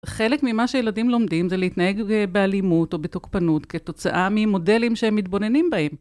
חלק ממה שילדים לומדים זה להתנהג באלימות או בתוקפנות כתוצאה ממודלים שהם מתבוננים בהם.